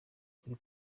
kuri